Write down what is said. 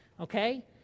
okay